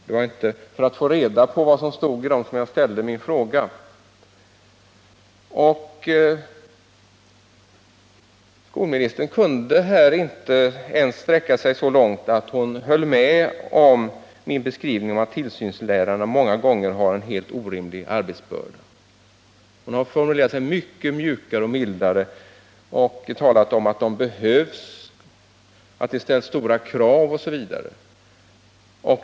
Det var inte för att få reda på vad som stod i dem som jag framställde min interpellation. Skolministern kunde inte ens sträcka sig så långt att hon höll med om min beskrivning att tillsynslärarna många gånger har en helt orimlig arbetsbörda. Hon har formulerat sig mycket mjukare och mildare och talat om att de behövs, att det ställs stora krav osv.